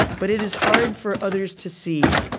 but it is hard for others to see.